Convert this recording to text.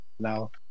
now